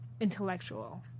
intellectual